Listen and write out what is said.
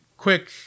quick